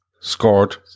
scored